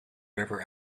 river